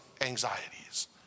anxieties